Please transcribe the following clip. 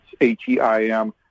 H-E-I-M